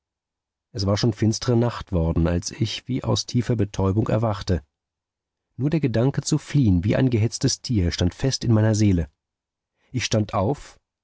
es war schon finstre nacht worden als ich wie aus tiefer betäubung erwachte nur der gedanke zu fliehen wie ein gehetztes tier stand fest in meiner seele ich stand auf